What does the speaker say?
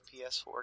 PS4